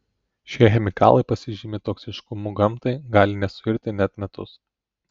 šie chemikalai pasižymi toksiškumu gamtai gali nesuirti net metus